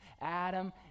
Adam